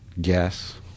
guess